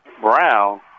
Brown